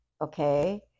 okay